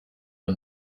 her